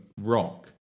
rock